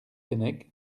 keinec